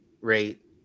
rate